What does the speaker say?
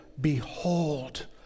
behold